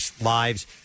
lives